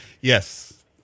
yes